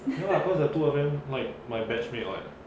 ya lah cause the two of them like my batch mate [what]